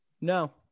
No